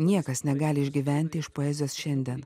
niekas negali išgyventi iš poezijos šiandien